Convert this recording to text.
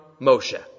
Moshe